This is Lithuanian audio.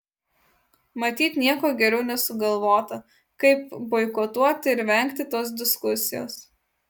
matyt nieko geriau nesugalvota kaip boikotuoti ir vengti tos diskusijos